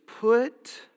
put